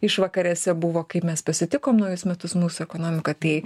išvakarėse buvo kaip mes pasitikom naujus metus mūsų ekonomika tai